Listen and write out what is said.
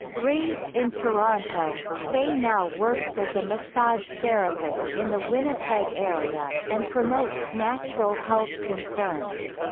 raised in toronto, faye now works as a massage therapist in the winnipeg area, and promotes natural health concerns.